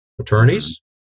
Attorneys